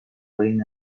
rain